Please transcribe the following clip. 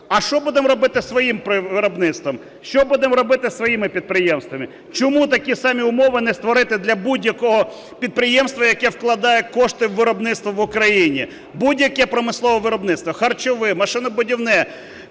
А що будемо робити із своїм виробництвом? Що будемо робити із своїми підприємствами? Чому такі самі умови не створити для будь-якого підприємства, яке вкладає кошти у виробництво в Україні? Будь-яке промислове виробництво, харчове, машинобудівне,